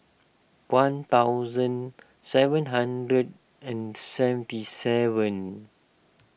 one thousand seven hundred and seventy seven